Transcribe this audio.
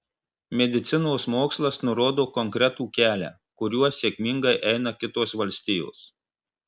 medicinos mokslas nurodo konkretų kelią kuriuo sėkmingai eina kitos valstijos